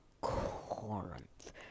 Corinth